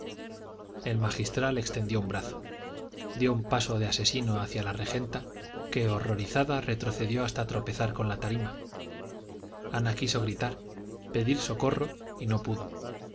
el magistral extendió un brazo dio un paso de asesino hacia la regenta que horrorizada retrocedió hasta tropezar con la tarima ana quiso gritar pedir socorro y no pudo